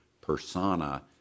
persona